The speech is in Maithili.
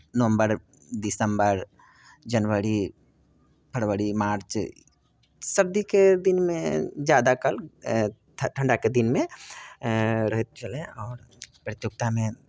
नवम्बर दिसंबर जनवरी फरवरी मार्च सर्दीके दिनमे ज्यादातर ठंडाके दिनमे रहैत छलै आओर प्रतियोगितामे